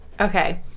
Okay